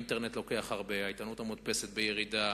האינטרנט לוקח הרבה, העיתונות המודפסת בירידה,